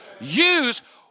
Use